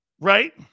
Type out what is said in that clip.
Right